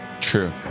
True